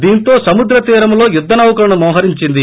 దీంతో సముద్ర తీరంలో యుద్గనౌకలను మోహరించింది